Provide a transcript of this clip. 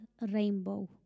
Rainbow